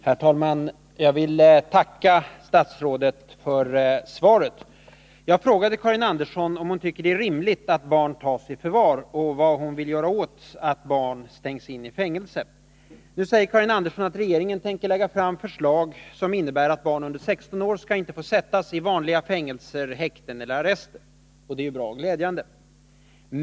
Herr talman! Jag vill tacka statsrådet för svaret. Jag frågade Karin Andersson om hon tycker att det är rimligt att barn tas i förvar och vad hon vill göra åt att barn stängs in i fängelse. Karin Andersson svarar nu att regeringen tänker lägga fram förslag som innebär att barn under 16 år inte skall få sättas i vanliga fängelser. häkten eller arrester, och det är ju bra och glädjande.